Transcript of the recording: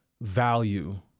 value